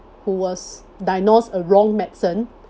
who was diagnosed a wrong medicine